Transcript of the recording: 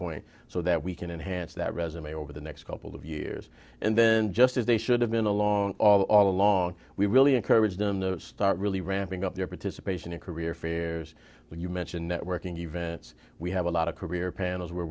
point so that we can enhance that resume over the next couple of years and then just as they should have been along all along we really encourage them to start really ramping up their participation in career fairs when you mention networking events we have a lot of career panels where